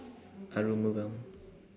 Arumugam